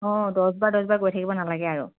অঁ দহবাৰ দহবাৰ গৈ থাকিব নালাগে আৰু